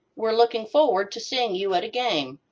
we're looking forward to seeing you at a game!